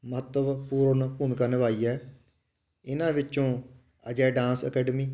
ਮਹੱਤਵਪੂਰਨ ਭੂਮਿਕਾ ਨਿਭਾਈ ਹੈ ਇਹਨਾਂ ਵਿੱਚੋਂ ਅਜੈ ਡਾਂਸ ਅਕੈਡਮੀ